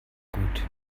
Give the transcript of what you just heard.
gut